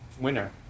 winner